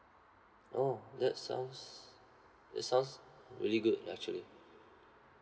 oh that sounds that sounds really good actually